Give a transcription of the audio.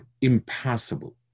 impossible